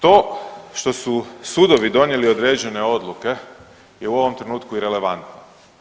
To što su sudovi donijeli određene odluke je u ovom trenutku irelevantno.